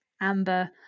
Amber